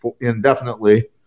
indefinitely